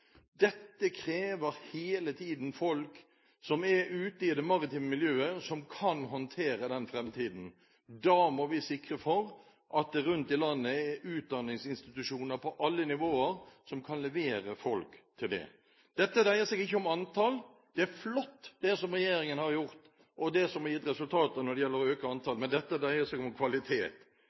Dette krever hele tiden folk som er ute i det maritime miljøet, og som kan håndtere den framtiden. Da må vi sikre at det rundt om i landet er utdanningsinstitusjoner på alle nivåer som kan levere folk til det. Dette dreier seg ikke om antall. Det er flott det som regjeringen har gjort, og det som har gitt resultater når det gjelder å øke antallet, men dette dreier seg om kvalitet.